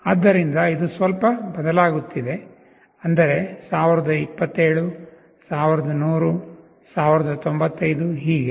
ಆದ್ದರಿಂದ ಇದು ಸ್ವಲ್ಪ ಬದಲಾಗುತ್ತಿದೆ ಅಂದರೆ 1027 1100 1095 ಹೀಗೆ